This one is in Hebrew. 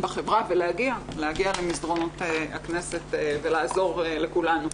בחברה ולהגיע למסדרונות הכנסת ולעזור לכולנו.